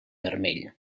vermell